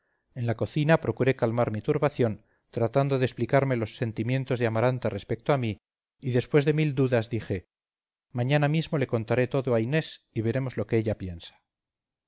en la cocina procuré calmar mi turbación tratando de explicarme los sentimientos de amaranta respecto a mí y después de mil dudas dije mañana mismo le contaré todo a inés y veremos lo que ella piensa